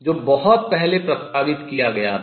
जो बहुत पहले प्रस्तावित किया गया था